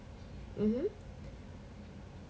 mmhmm